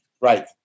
Right